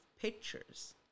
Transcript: pictures